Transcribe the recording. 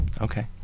okay